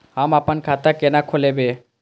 हम आपन खाता केना खोलेबे?